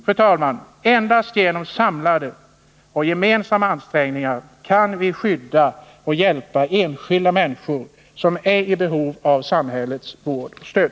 Fru talman! Endast genom samlade och gemensamma ansträngningar kan vi skydda och hjälpa enskilda människor, som är i behov av samhällets skydd och stöd.